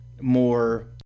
more